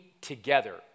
together